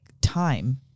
time